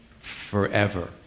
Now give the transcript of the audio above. forever